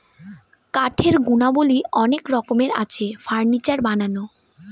কাঠের গুণাবলী অনেক রকমের আছে, ফার্নিচার বানানো